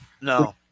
No